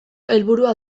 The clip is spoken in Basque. helburua